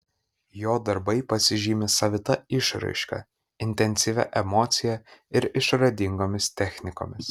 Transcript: jo darbai pasižymi savita išraiška intensyvia emocija ir išradingomis technikomis